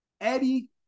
Eddie